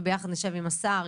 וביחד נשב עם השר,